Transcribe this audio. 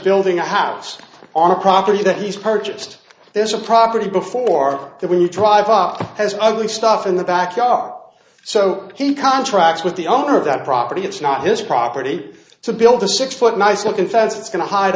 thing i have on a property that he's purchased there's a property before that when you drive up has ugly stuff in the backyard so he contracts with the owner of that property it's not his property to build a six foot nice looking fence it's going to hide